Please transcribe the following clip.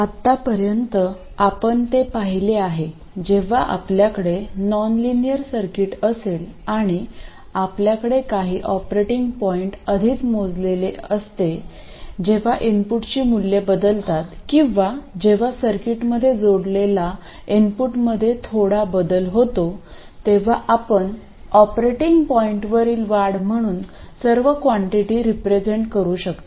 आतापर्यंत आपण ते पाहिले आहे जेव्हा आपल्याकडे नॉनलिनियर सर्किट असेल आणि आपल्याकडे काही ऑपरेटिंग पॉईंट आधीच मोजलेले असते जेव्हा इनपुटची मूल्ये बदलतात किंवा जेव्हा सर्किटमध्ये जोडलेला इनपुटमध्ये थोडा बदल होतो तेव्हा आपण ऑपरेटिंग पॉईंटवरील वाढ म्हणून सर्व कॉन्टिटी रिप्रेझेंट करू शकता